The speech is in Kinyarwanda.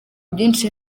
byinshi